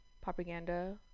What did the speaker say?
propaganda